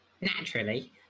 naturally